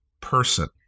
person